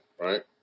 right